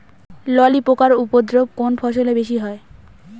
ললি পোকার উপদ্রব কোন ফসলে বেশি হয়?